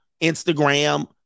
Instagram